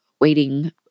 waiting